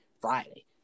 Friday